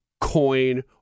coin